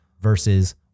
versus